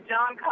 John